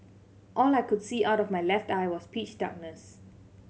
all I could see out of my left eye was pitch darkness